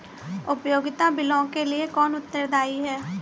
उपयोगिता बिलों के लिए कौन उत्तरदायी है?